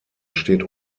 steht